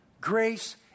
Grace